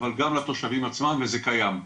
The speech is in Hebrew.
אבל גם לתושבים עצמם וזה קיים,